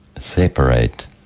separate